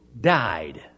died